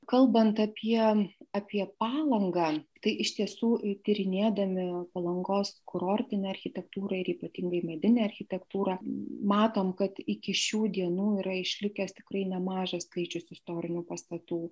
kalbant apie apie palangą tai iš tiesų tyrinėdami palangos kurortinę architektūrą ir ypatingai medinę architektūrą matom kad iki šių dienų yra išlikęs tikrai nemažas skaičius istorinių pastatų